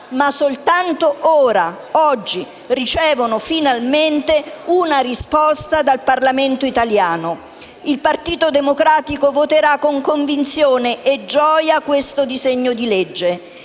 ma soltanto ora, oggi, ricevono finalmente una risposta dal Parlamento italiano. Il Partito Democratico voterà con convinzione e gioia questo disegno di legge.